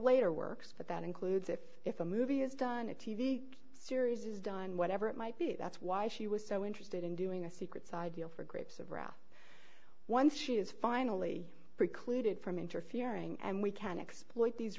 later works but that includes if if the movie is done a t v series is done whatever it might be that's why she was so interested in doing a secret side deal for grapes of wrath once she is finally precluded from interfering and we can exploit these